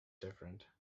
different